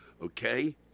Okay